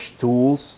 tools